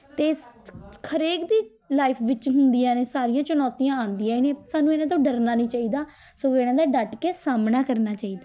ਅਤੇ ਸ ਹਰੇਕ ਦੀ ਲਾਈਫ ਵਿੱਚ ਹੁੰਦੀਆਂ ਨੇ ਸਾਰੀਆਂ ਚੁਣੌਤੀਆਂ ਆਉਂਦੀਆਂ ਨੇ ਸਾਨੂੰ ਇਨ੍ਹਾਂ ਤੋਂ ਡਰਨਾ ਨਹੀਂ ਚਾਹੀਦਾ ਸਗੋਂ ਇਨ੍ਹਾਂ ਦਾ ਡੱਟ ਕੇ ਸਾਹਮਣਾ ਕਰਨਾ ਚਾਹੀਦਾ